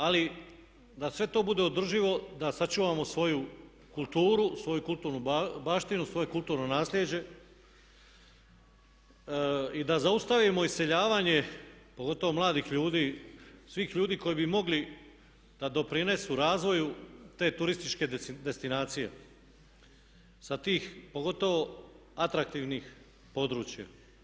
Ali da sve to bude održivo, da sačuvamo svoju kulturu, svoju kulturnu baštinu, svoje kulturno naslijeđe i da zaustavimo iseljavanje pogotovo mladih ljudi, svih ljudi koji bi mogli da doprinesu razvoju te turističke destinacije sa tih pogotovo atraktivnih područja.